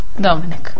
Dominic